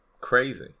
Crazy